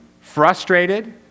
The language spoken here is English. frustrated